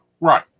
Right